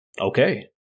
okay